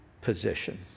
position